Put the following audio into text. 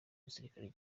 gisirikare